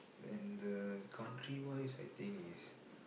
and the country wise I think it's